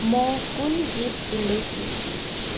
म कुन गीत सुन्दैछु